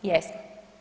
Jesmo.